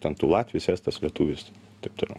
ten tu latvis estas lietuvis taip toliau